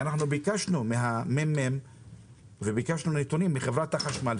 ביקשנו מהממ"מ ומחברת החשמל נתונים,